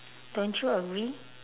don't you agree